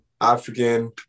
African